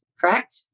correct